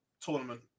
tournament